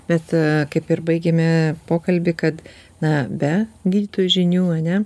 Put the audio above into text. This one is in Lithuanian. bet kaip ir baigėme pokalbį kad na be gydytojų žinių ane